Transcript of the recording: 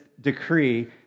decree